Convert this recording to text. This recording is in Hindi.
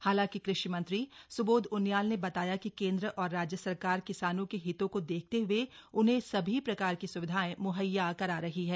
हालांकि कृषि मंत्री स्बोध उनियाल ने बताया कि केंद्र और राज्य सरकार किसानों के हितों को देखते हुए उन्हें सभी प्रकार की स्विधाएं म्हैया करा रही है